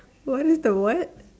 what is the what